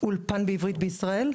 אולפן בעברית בישראל?